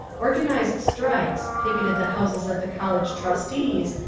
organised strikes, picketed the houses of the college trustees,